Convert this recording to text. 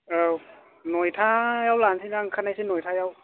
औ नयथायाव लानोसै दां ओंखारनायसै नयथायाव